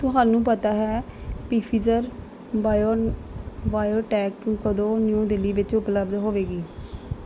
ਤੁਹਾਨੂੰ ਪਤਾ ਹੈ ਪੀਫੀਜਰ ਬਾਇਓਨ ਬਾਇਓਟੈਕ ਕਦੋਂ ਨਿਊ ਦਿੱਲੀ ਵਿੱਚ ਉਪਲਬਧ ਹੋਵੇਗੀ